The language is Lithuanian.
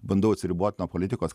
bandau atsiribot nuo politikos